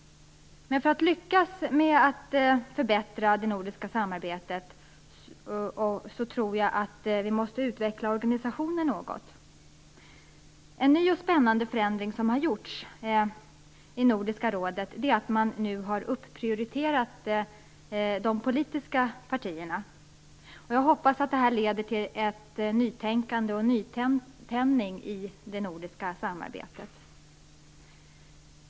För att lyckas med att förbättra det nordiska samarbetet tror jag vi måste utveckla organisationen något. En ny och spännande förändring som gjorts i Nordiska rådet innebär att de politiska partierna nu prioriterats. Jag hoppas att detta leder till ett nytänkande och en nytändning i det nordiska samarbetet.